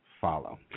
follow